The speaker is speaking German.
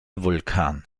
vulkan